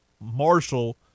Marshall